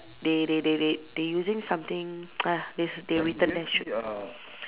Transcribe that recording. they they they they they using something !ugh! they they written there shoot